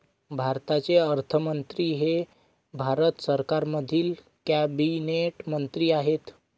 भारताचे अर्थमंत्री हे भारत सरकारमधील कॅबिनेट मंत्री आहेत